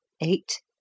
eight